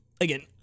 again